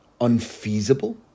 unfeasible